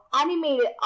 animated